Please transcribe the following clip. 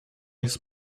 his